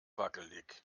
wackelig